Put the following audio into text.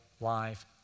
life